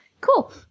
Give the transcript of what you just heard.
Cool